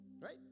Right